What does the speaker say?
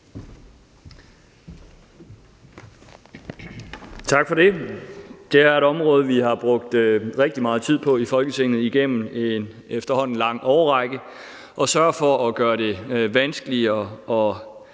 Tak for det. Det er et område, vi har brugt rigtig meget tid på i Folketinget igennem en efterhånden lang årrække: at sørge for at gøre det vanskeligere at